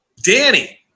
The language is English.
Danny